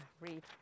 read